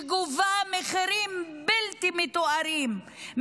שגובה מחירים בלתי מתוארים,